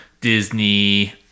Disney